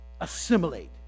assimilate